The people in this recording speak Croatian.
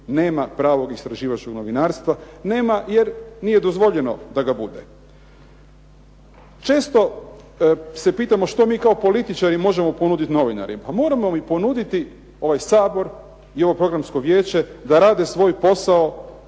nema pravog istraživačkog novinarstva. Nema, jer nije dozvoljeno da ga bude. Često se pitamo što mi kao političari možemo ponuditi novinarima. Pa moramo im ponuditi ovaj Sabor i ovo Programsko vijeće da rade svoj posao